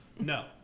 No